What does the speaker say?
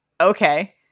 Okay